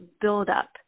buildup